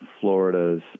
Florida's